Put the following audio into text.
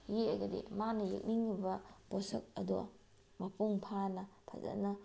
ꯌꯦꯛꯑꯒꯗꯤ ꯃꯥꯅ ꯌꯦꯛꯅꯤꯡꯏꯕ ꯄꯣꯠꯁꯛ ꯑꯗꯣ ꯃꯄꯨꯡ ꯐꯥꯅ ꯐꯖꯅ